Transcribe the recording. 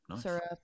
syrup